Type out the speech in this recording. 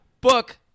book